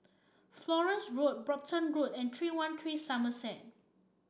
Florence Road Brompton Road and three one three Somerset